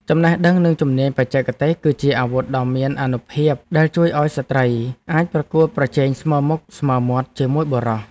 ចំណេះដឹងនិងជំនាញបច្ចេកទេស គឺជាអាវុធដ៏មានអានុភាពដែលជួយឱ្យស្ត្រីអាចប្រកួតប្រជែងស្មើមុខស្មើមាត់ជាមួយបុរស។